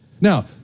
Now